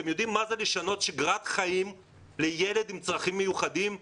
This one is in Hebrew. אתם יודעים מה זה לשנות שגרת חיים לילד עם צרכים מיוחדים,